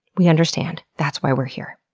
we understand, that's why we're here.